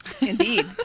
Indeed